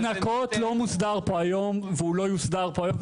ההזנקות לא מוסדר פה היום והוא לא יוסדר פה היום,